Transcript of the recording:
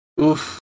oof